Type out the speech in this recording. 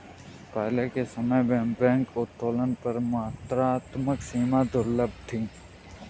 पहले के समय में बैंक उत्तोलन पर मात्रात्मक सीमाएं दुर्लभ थीं